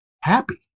happy